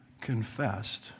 confessed